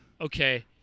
Okay